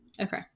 Okay